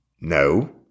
No